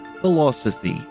Philosophy